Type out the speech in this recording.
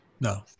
No